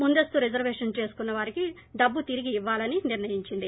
ముందస్తు రిజర్వేషన్ చేసుకున్న వారికి డబ్బు తిరిగి ఇవ్వాలని నిర్ణయించింది